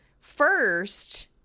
first